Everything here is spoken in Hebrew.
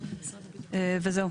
תודה.